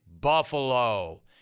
Buffalo